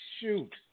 Shoot